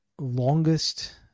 longest